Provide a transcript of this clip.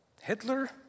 Hitler